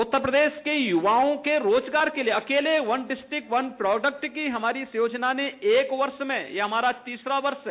उत्तर प्रदेश के युवाओं के रोजगार के लिए अकेले वन डिस्ट्रिक्ट वन प्रोडक्ट की हमारी इस योजना ने एक वर्ष में यह हमारा तीसरा वर्ष है